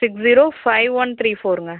six zero five one three ஃபோர்ங்க